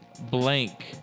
blank